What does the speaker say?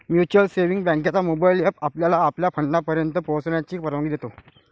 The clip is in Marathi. म्युच्युअल सेव्हिंग्ज बँकेचा मोबाइल एप आपल्याला आपल्या फंडापर्यंत पोहोचण्याची परवानगी देतो